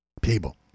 people